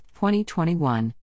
2021